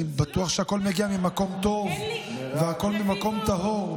אני בטוח שהכול מגיע ממקום טוב והכול ממקום טהור.